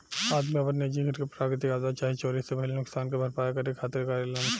आदमी आपन निजी घर के प्राकृतिक आपदा चाहे चोरी से भईल नुकसान के भरपाया करे खातिर करेलेन